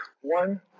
One